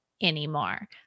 anymore